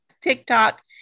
TikTok